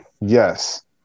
yes